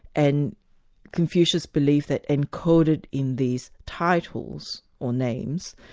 and confucius believed that encoded in these titles or names,